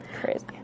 Crazy